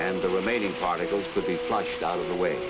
and the remaining particles to be flushed out of the way